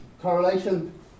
correlation